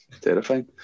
Terrifying